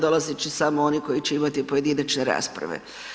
Dolazit će samo oni koji će imati pojedinačne rasprave.